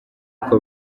uko